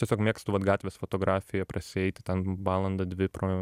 tiesiog mėgstu vat gatvės fotografiją prasieiti ten valandą dvi pro